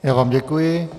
Já vám děkuji.